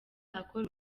akora